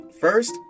First